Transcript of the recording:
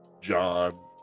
John